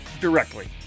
directly